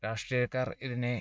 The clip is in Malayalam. രാഷ്ട്രീയക്കാർ ഇതിനെ